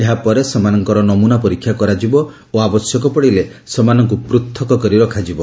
ଏହାପରେ ସେମାନଙ୍କର ନମ୍ବନା ପରୀକ୍ଷା କରାଯିବ ଓ ଆବଶ୍ୟକ ପଡିଲେ ସେମାନଙ୍କୁ ପ୍ରଥକ୍ କରି ରଖାଯିବ